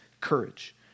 courage